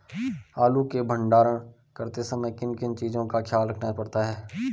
आलू के भंडारण करते समय किन किन चीज़ों का ख्याल रखना पड़ता है?